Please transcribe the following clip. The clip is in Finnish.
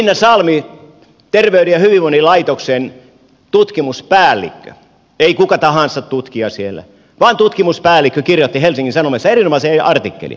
minna salmi terveyden ja hyvinvoinnin laitoksen tutkimuspäällikkö ei kuka tahansa tutkija siellä vaan tutkimuspäällikkö kirjoitti helsingin sanomissa erinomaisen artikkelin